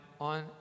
on